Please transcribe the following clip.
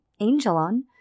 Angelon